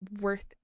Worth